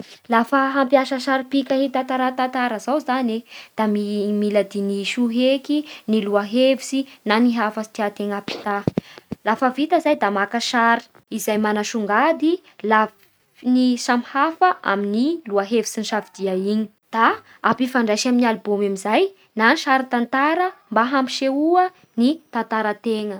Lafa hampiasa saripika hitantara tantara zao zany e, da mi-mila dinihy soa heky ny loha-hevitsy na ny hafatsy tiantegna hampita, lafa vita zay da maka sary izay manasongady lafiny samy hafa amin'ny loha-hevitrsy nisafidia iny da ampifandraisy amin'ny alibômy amin'nizay na sary tantara mba hampisehoa ny tantarantegna.